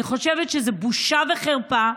אני חושבת שזו בושה וחרפה.